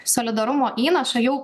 solidarumo įnašą jau